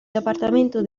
departamento